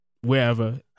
wherever